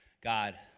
God